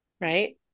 right